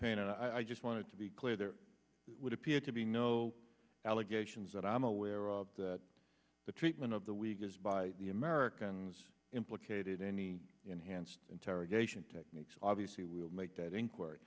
payne and i just wanted to be clear there would appear to be no allegations that i'm aware that the treatment of the week is by the americans implicated any enhanced interrogation techniques obviously will make that in